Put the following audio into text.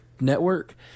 network